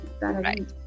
Right